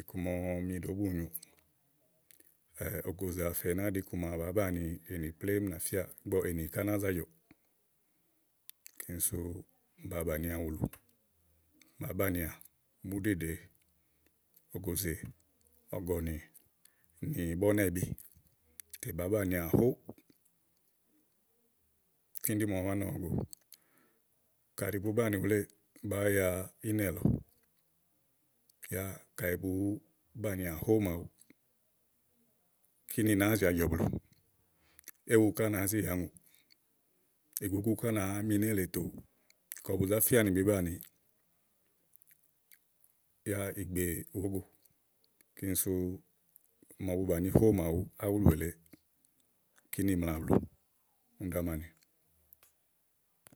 iku máa ɔmi ɖòó bunyòo ògòzè àfɛ ná ɖi iku màa bàá banìi éní plémú na fíàà ígbɔ ènì ká na za jɔ̀ɔ̀ kíni sú bàa bànià wùlù bàá banìià wùlù bàá banìià búɖìɖe ògòzè, ɔ̀gɔ̀nì nì bɔ̀nɛ́bitè bàá banìià ho kíni ɖi màa ɔmi wá nɔ òwo go. kàɖi bùú banìí wuléè bàáa ya ínɛ̀ lɔ tè yá kayi bùú banìià hó máawu kíni nàáa zi ajɔ̀ blù éwu ká nàáa zi yàa ùŋòò. ìgúgú ká nàáa mi nélée tòoò kɔ bu zá fía ni bìí banìi yá ígbè wòó go kíni sú màa bu bàni hó màawu áwùlù èle kínì mlà blù kíni ɖí ámani.